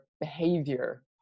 behavior